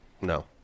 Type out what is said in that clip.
No